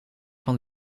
van